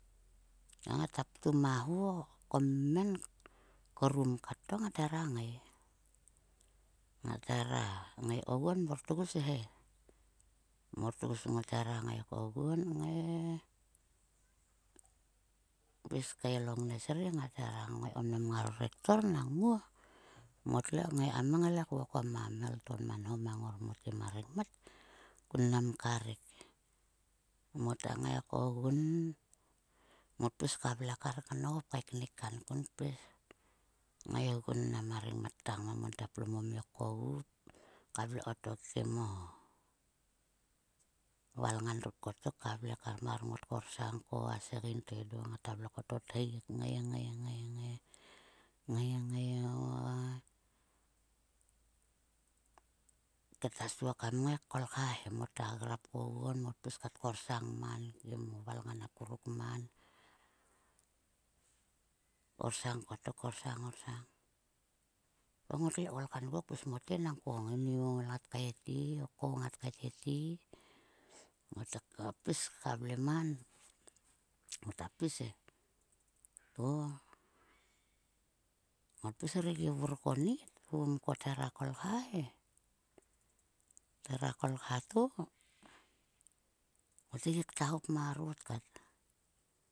To ngata ptum a ho komen krum kat to ngat hera ngai. Ngat hera ngai koguo mor tgus he. Mor tgus ngot hera ngai kogoun ngai. Kpis kael o ngnes ri ngat hera ngai ko kim ngaro rektor nang muo. Motle kngai kam vokom a mhel to nama nho mang ngor mote ma rengmat kun ma ka rek. Mota ngai kogun pis ka vle kar nop kaiknik kankun pis ngaigu ma rengmat tkogu ngama mon te plomomiok kogu. Ka vle kotok kim o valngan. ruk kotok ngot korsang ko a segein to ngot kotothi kngai, ngai, ngai, ngai, ngai. Ketasuo kam ngai kolkha he. Mota grap koguon, mota pis kat kosang man kim o valngan akuruk man. Orsang kotok orsang, orsang to motle koul kankuon pis mote kaeteli. Mote ka pis ka vle man. Mota pis he to. Mot pis re vur konit vgum ko thera kolkha he thera kolkha to mote gi kta hop marot kat.